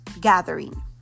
gathering